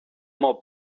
more